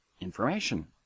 information